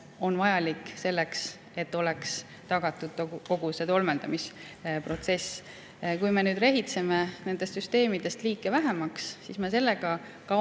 on vajalik selleks, et oleks tagatud kogu tolmeldamisprotsess. Kui me rehitseme nendest süsteemidest liike vähemaks, siis me sellega